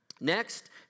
Next